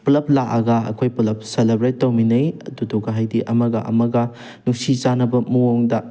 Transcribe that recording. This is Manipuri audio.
ꯄꯨꯜꯂꯞ ꯂꯥꯛꯑꯒ ꯑꯩꯈꯣꯏ ꯄꯨꯜꯂꯞ ꯁꯦꯂꯦꯕ꯭ꯔꯦꯠ ꯇꯧꯃꯤꯟꯅꯩ ꯑꯗꯨꯗꯨꯒ ꯍꯥꯏꯗꯤ ꯑꯃꯒ ꯑꯃꯒ ꯅꯨꯡꯁꯤ ꯆꯥꯅꯕ ꯃꯑꯣꯡꯗ